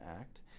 Act